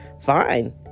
fine